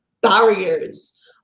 barriers